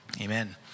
Amen